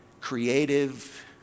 creative